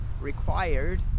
required